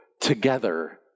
together